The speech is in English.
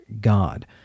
God